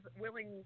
willing